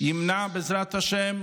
תמנע חולי, בעזרת השם,